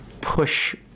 push